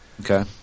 Okay